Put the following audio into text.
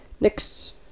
Next